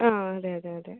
ആ അതെ അതെ അതെ